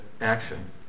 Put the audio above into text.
action